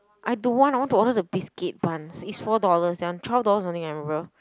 I don't want I want to order the biscuit bun it's four dollars that one twelve dollars only I remember